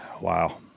Wow